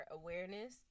awareness